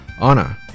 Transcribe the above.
Anna